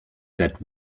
that